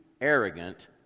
arrogant